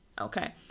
Okay